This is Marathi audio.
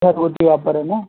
घरगुती वापर आहे ना